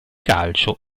calcio